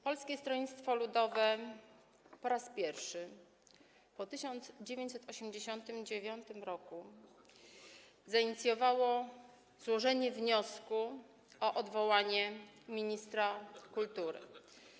Polskie Stronnictwo Ludowe po raz pierwszy po 1989 r. zainicjowało złożenie wniosku o odwołanie ministra kultury.